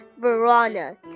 Verona